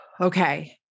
Okay